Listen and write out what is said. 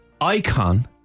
icon